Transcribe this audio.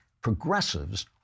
Progressives